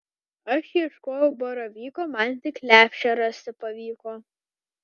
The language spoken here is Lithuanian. aš ieškojau baravyko man tik lepšę rasti pavyko